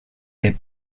est